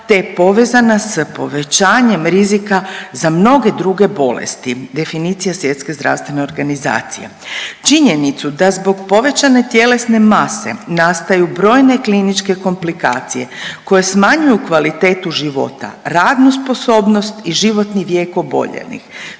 je povezana s povećanjem rizika za mnoge druge bolesti“, definicija SZO-a. Činjenicu da zbog povećane tjelesne mase nastaju brojne kliničke komplikacije koje smanjuju kvalitetu života, radnu sposobnost i životni vijek oboljelih,